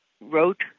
wrote